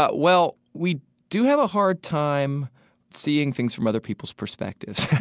but well, we do have a hard time seeing things from other people's perspectives,